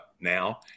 now